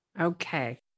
Okay